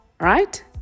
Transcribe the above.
right